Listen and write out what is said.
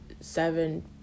seven